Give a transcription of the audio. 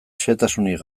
xehetasunik